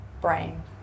brain